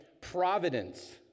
providence